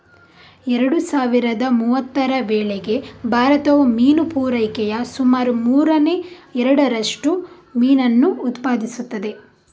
ಎರಡು ಸಾವಿರದ ಮೂವತ್ತರ ವೇಳೆಗೆ ಭಾರತವು ಮೀನು ಪೂರೈಕೆಯ ಸುಮಾರು ಮೂರನೇ ಎರಡರಷ್ಟು ಮೀನನ್ನು ಉತ್ಪಾದಿಸುತ್ತದೆ